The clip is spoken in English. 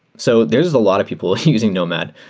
so there're a lot of people using nomad.